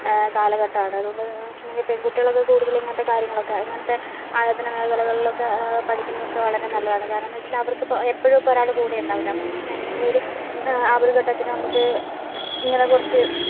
കാലഘട്ടാണ് അതോണ്ട് എന്ന് വെച്ചിട്ടുണ്ടങ്കിൽ പെൺകുട്ടികൾക്ക് കൂടുതൽ ഇങ്ങനത്തെ കാര്യങ്ങളൊക്കെ ഇങ്ങനത്തെ ആയോധന മേഖലകളിലൊക്കെ പഠിക്കുന്നതൊക്കെ വളരെ നല്ലതാണ് കാരണം എന്ന് വെച്ചിട്ടുണ്ടങ്കിൽ അവർക്ക് ഇപ്പോൾ എപ്പോഴും ഇപ്പോൾ ഒരാൾ കൂടെ ഉണ്ടാവില്ല അപ്പമെന്ന് വെച്ചിട്ടെങ്കിൽ എന്തെങ്കിലും ഒരു ആപത്ത് ഘട്ടത്തിൽ നമുക്ക് ഇങ്ങനെ കുറച്ച്